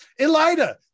elida